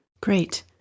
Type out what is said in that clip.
Great